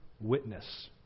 witness